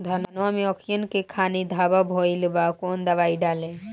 धनवा मै अखियन के खानि धबा भयीलबा कौन दवाई डाले?